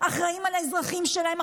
אחראים לאזרחים שלהם,